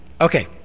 okay